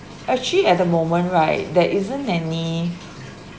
actually at the moment right there isn't any